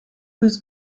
his